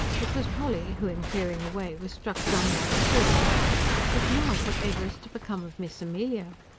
it was polly who, in clearing away, was struck dumb by the thought but now whatever is to become of miss amelia?